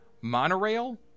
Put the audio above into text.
Monorail